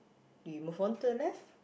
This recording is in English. we move on to the left